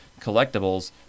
collectibles